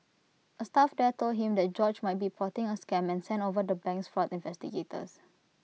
A staff there told him that George might be plotting A scam and sent over the bank's fraud investigators